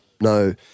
no